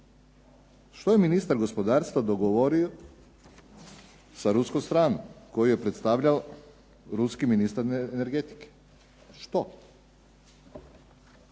što je ministar gospodarstva dogovorio sa ruskom stranom koju je predstavljao ruski ministar energetike. Što?